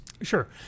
Sure